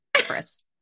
Chris